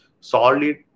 solid